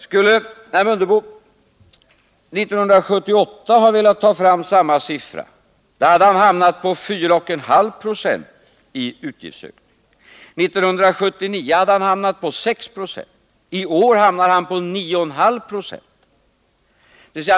Skulle herr Mundebo 1978 ha valt att ta fram samma siffra hade han fått en utgiftsökning på 4,5 Jo. 1979 hade han fått en utgiftsökning på 6 70. I år skulle han få en utgiftsökning på 9,5 96.